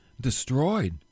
destroyed